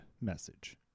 message